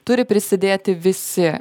turi prisidėti visi